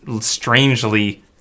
strangely